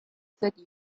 that